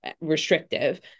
restrictive